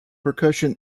percussion